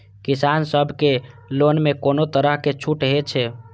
किसान सब के लोन में कोनो तरह के छूट हे छे?